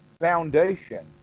foundation